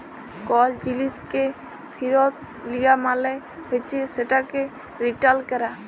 call জিলিসকে ফিরত লিয়া মালে হছে সেটকে রিটার্ল ক্যরা